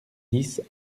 dix